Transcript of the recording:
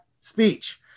speech